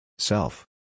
Self